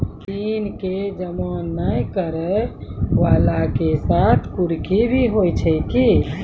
ऋण के जमा नै करैय वाला के साथ कुर्की भी होय छै कि?